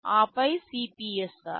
ఆపై CPSR